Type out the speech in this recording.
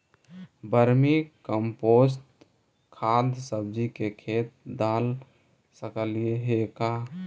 Vermi compost खाद सब्जी के खेत दाल सकली हे का?